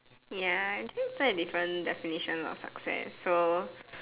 ya I think it's like different definition of success so